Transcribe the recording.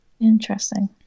Interesting